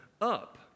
up